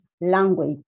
language